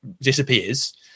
disappears